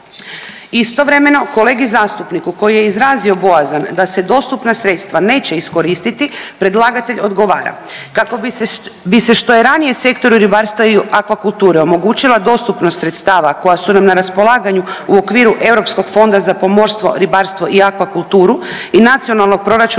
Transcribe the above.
Istovremeno kolegi zastupniku koji je izrazio bojazan da se dostupna sredstva neće iskoristiti predlagatelj odgovara. Kako bi se što je ranije sektoru ribarstva i akvakulture omogućila dostupnost sredstva koja su nam na raspolaganju u okviru Europskog fonda za pomorstvo, ribarstvo i akvakulturu i nacionalnog proračuna